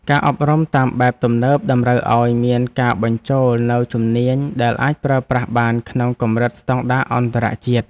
ការអប់រំតាមបែបទំនើបតម្រូវឱ្យមានការបញ្ចូលនូវជំនាញដែលអាចប្រើប្រាស់បានក្នុងកម្រិតស្តង់ដារអន្តរជាតិ។